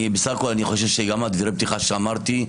בסך הכול אני חושב שגם דברי הפתיחה שאמרתי,